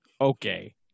Okay